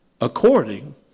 according